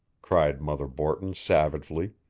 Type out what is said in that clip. cried mother borton savagely.